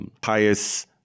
Pious